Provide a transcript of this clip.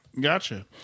gotcha